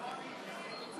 נגישות מוסד רפואי לדוברי שפות